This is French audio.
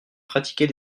pratiquer